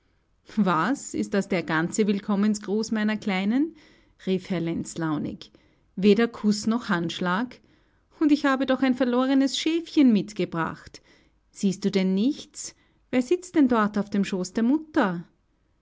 was ist das der ganze willkommengruß meiner kleinen rief herr lenz launig weder kuß noch handschlag und ich habe doch ein verlorenes schäfchen mitgebracht siehst du denn nichts wer sitzt denn dort auf dem schoß der mutter